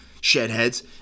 shedheads